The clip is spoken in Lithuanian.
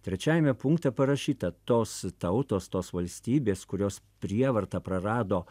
trečiajame punkte parašyta tos tautos tos valstybės kurios prievarta prarado